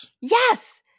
yes